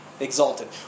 Exalted